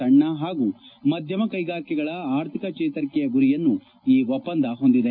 ಸಣ್ಣ ಹಾಗೂ ಮಧ್ಯಮ ಕೈಗಾರಿಕೆಗಳ ಆರ್ಥಿಕ ಚೇತರಿಕೆಯ ಗುರಿಯನ್ನು ಈ ಒಪ್ಪಂದ ಹೊಂದಿದೆ